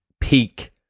peak